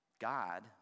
God